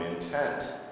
intent